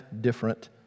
different